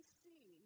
see